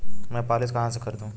मैं पॉलिसी कहाँ से खरीदूं?